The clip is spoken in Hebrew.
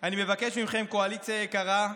אני מבקש מכם, קואליציה יקרה: